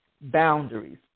boundaries